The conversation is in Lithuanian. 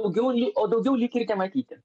daugiau o daugiau lyg ir nematyti